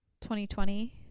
2020